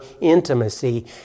intimacy